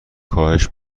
کاهش